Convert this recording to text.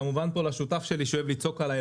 וכמובן פה לשותף שלי שאוהב לצעוק עלי,